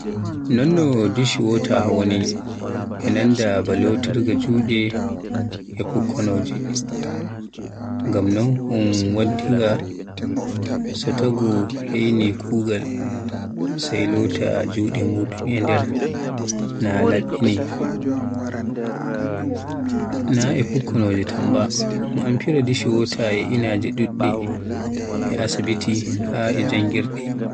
Non no dishwater woni e nanda baa lotirde jude e fukkonoje, ngam non un waddinga, so taagu heyni kuugal sai lota Jude mudum e nder, na laɓɓini. Na e fukkonoje tan ba, un amfira dishwater e inaaje Jude, e asibiti haa e janngirde.